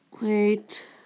wait